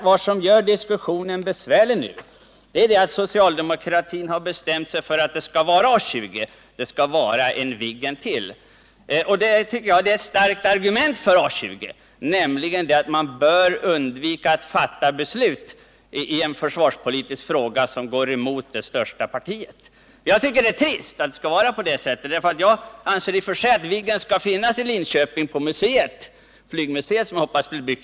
Vad som gör diskussionen besvärlig nu är att socialdemokratin har bestämt sig för att det skall vara A 20, det skall vara en Viggen till. Ett starkt argument för A 20 är att riksdagen bör undvika att fatta ett försvarspolitiskt beslut som går emot det största partiet. Men jag tycker det är trist. Jag anser att Viggen skall finnas länge i Linköping — men då på det flygmuseum som jag hoppas blir byggt.